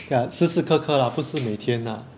ya 时时刻刻 lah 不是每天 lah